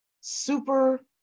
Super